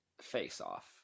face-off